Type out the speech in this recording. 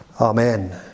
Amen